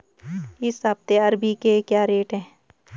इस हफ्ते अरबी के क्या रेट हैं?